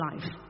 life